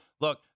look